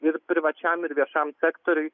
ir privačiam ir viešam sektoriui